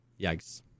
Yikes